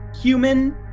human